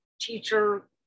teacher